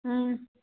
ꯎꯝ